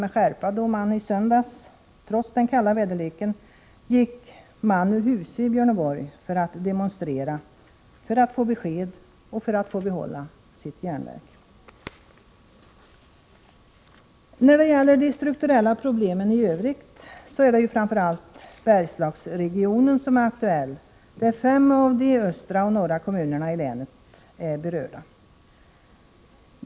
med skärpa då man i söndags — trots den kalla väderleken — gick man ur huse i Björneborg för att demonstrera för att få besked — och för att få behålla sitt järnverk. Då det gäller de strukturella problemen i övrigt är det ju framför allt Bergslagsregionen som är aktuell, där fem av de östra och norra kommunerna i länet är berörda.